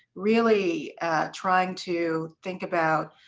really trying to think about